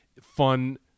fun